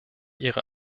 ihre